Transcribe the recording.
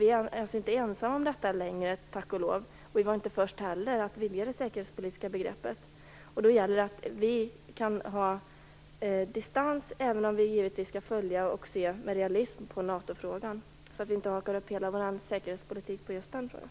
Vi är tack och lov inte ensamma om detta, och vi var inte heller först om att revidera det säkerhetspolitiska begreppet. Det gäller att ha distans till NATO-frågan, även om vi givetvis skall följa den och se på den med realism. Vi skall inte haka upp hela vår säkerhetspolitik på just den frågan.